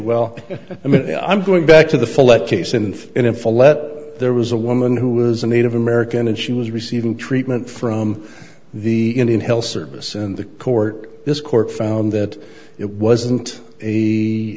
mean i'm going back to the flood case in in full let there was a woman who was a native american and she was receiving treatment from the indian health service in the court this court found that it wasn't a